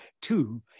two